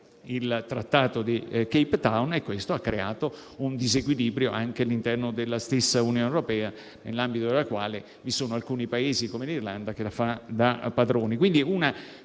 il Trattato di Cape Town e questo ha creato un disequilibrio anche all'interno della stessa Unione europea, nell'ambito della quale alcuni Paesi come l'Irlanda fanno da padroni.